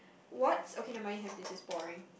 what's okay never mind you have this is boring